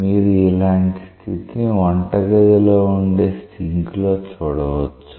మీరు ఇలాంటి స్థితిని వంటగదిలో ఉండే సింక్ లో చూడవచు